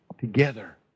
together